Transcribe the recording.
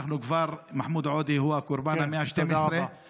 מחמוד עודה הוא הקורבן ה-112,